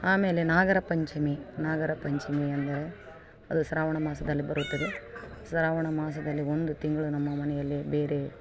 ಆಮೇಲೆ ನಾಗರಪಂಚಮಿ ನಾಗರಪಂಚಮಿಯಂದರೆ ಅದು ಶ್ರಾವಣ ಮಾಸದಲ್ಲಿ ಬರುತ್ತದೆ ಶ್ರಾವಣ ಮಾಸದಲ್ಲಿ ಒಂದು ತಿಂಗಳು ನಮ್ಮ ಮನೆಯಲ್ಲಿ ಬೇರೆ